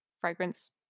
fragrance